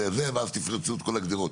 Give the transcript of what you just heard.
ואז תפרצו את כל הגדרות.